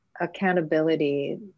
accountability